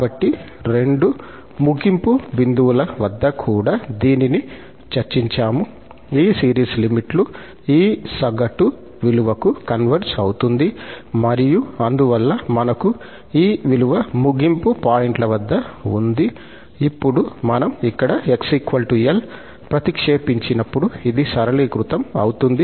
కాబట్టి రెండు ముగింపు బిందువుల వద్ద కూడా దీనిని చర్చించాము ఈ సిరీస్ లిమిట్ లు ఈ సగటు విలువకు కన్వర్జ్ అవుతుంది మరియు అందువల్ల మనకు ఈ విలువ ముగింపు పాయింట్ల వద్ద ఉంది ఇప్పుడు మనము ఇక్కడ 𝑥 𝐿 ప్రతిక్షేపించినప్పుడు ఇది సరళీకృతం అవుతుంది